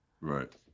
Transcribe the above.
Right